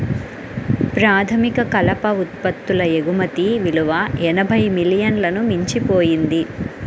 ప్రాథమిక కలప ఉత్పత్తుల ఎగుమతి విలువ ఎనభై మిలియన్లను మించిపోయింది